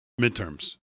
midterms